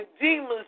demons